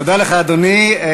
תודה לך, אדוני.